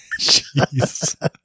Jeez